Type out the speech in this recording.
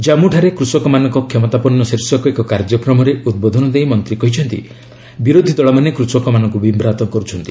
ଜାନ୍ପୁଠାରେ 'କୃଷକମାନଙ୍କ କ୍ଷମତାପନ୍ନ' ଶୀର୍ଷକ ଏକ କାର୍ଯ୍ୟକ୍ରମରେ ଉଦ୍ବୋଧନ ଦେଇ ମନ୍ତ୍ରୀ କହିଛନ୍ତି ବିରୋଧୀ ଦଳମାନେ କୃଷକମାନଙ୍କୁ ବିଭ୍ରାନ୍ତ କରୁଛନ୍ତି